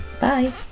bye